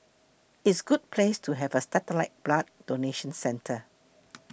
it's good place to have a satellite blood donation centre